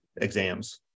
exams